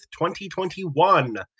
2021